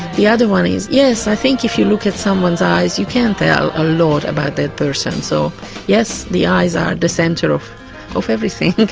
the other one is. yes, i think if you look at someone's eyes you can tell a lot about that person. so yes, the eyes are the centre of of everything.